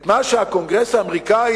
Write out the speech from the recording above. מה שהקונגרס האמריקני